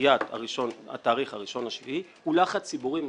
דחיית התאריך ה-1 ביולי הוא לחץ ציבורי משמעותי,